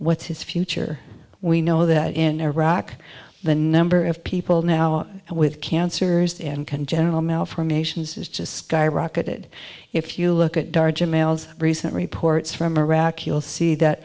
what's his future we know that in iraq the number of people now with cancers and congenital malformations is just skyrocketed if you look at d'argent mails recent reports from iraq you'll see that